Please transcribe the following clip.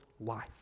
life